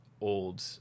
old